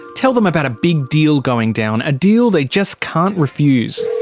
tell them about a big deal going down, a deal they just can't refuse.